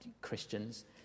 Christians